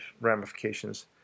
ramifications